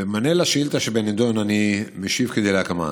במענה על השאילתה שבנדון אני משיב כדלקמן: